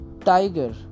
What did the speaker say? tiger